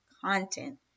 content